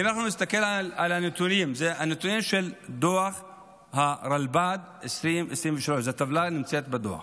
אלה הנתונים של דוח הרלב"ד 2023. הטבלה נמצאת בדוח.